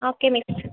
okay miss